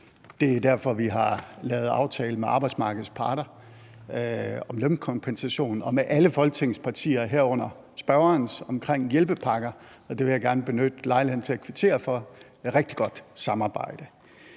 Det er derfor, vi har lavet aftale med arbejdsmarkedets parter om lønkompensation og med alle Folketingets partier, herunder spørgerens, om hjælpepakker. Og jeg vil gerne benytte lejligheden til at kvittere for et rigtig godt samarbejde.